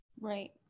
Right